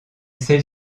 celle